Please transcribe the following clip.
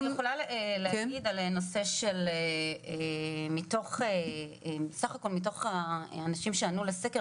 אני יכולה לדבר על נושא של מתוך סך הכל האנשים שענו לסקר,